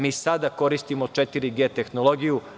Mi sada koristimo 4G tehnologiju.